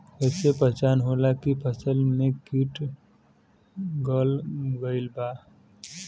कैसे पहचान होला की फसल में कीट लग गईल बा?